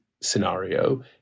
scenario